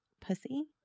pussy